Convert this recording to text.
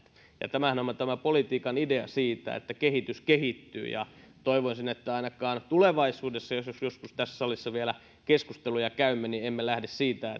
tämähän on tämän politiikan idea että kehitys kehittyy toivoisin että ainakaan tulevaisuudessa jos jos joskus tässä salissa vielä keskusteluja käymme emme lähde siitä